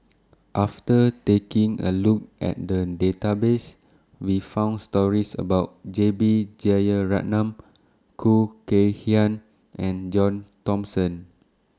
after taking A Look At The Database We found stories about J B Jeyaretnam Khoo Kay Hian and John Thomson